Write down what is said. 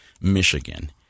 Michigan